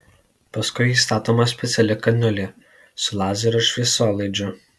paskui įstatoma speciali kaniulė su lazerio šviesolaidžiu